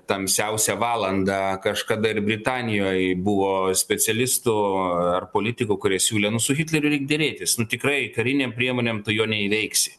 tamsiausią valandą kažkada ir britanijoj buvo specialistų ar politikų kurie siūlė nu su hitleriu derėtis nu tikrai karinėm priemonėm tu jo neįveiksi